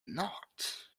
not